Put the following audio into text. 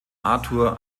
arthur